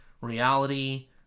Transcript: reality